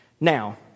Now